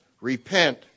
repent